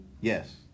yes